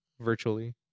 virtually